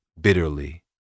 bitterly